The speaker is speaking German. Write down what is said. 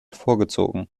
vorgezogen